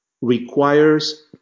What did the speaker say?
requires